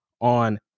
on